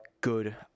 good